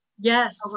yes